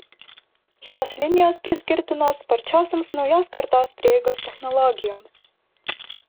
šios linijos priskirtinos sparčiosioms naujos kartos prieigos technologijoms